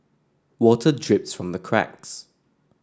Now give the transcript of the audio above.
water drips from the cracks